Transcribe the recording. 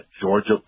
Georgia